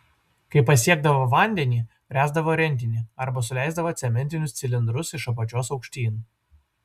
kai pasiekdavo vandenį ręsdavo rentinį arba suleisdavo cementinius cilindrus iš apačios aukštyn